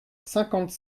cinquante